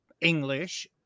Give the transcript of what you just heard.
English